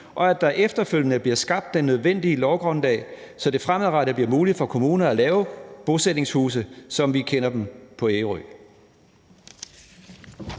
og at der efterfølgende bliver skabt det nødvendige lovgrundlag, så det fremadrettet bliver muligt for kommuner at lave bosætningshuse, som vi kender det på Ærø.